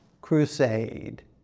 crusade